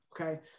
okay